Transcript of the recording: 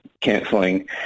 canceling